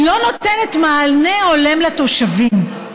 היא לא נותנת מענה הולם לתושבים,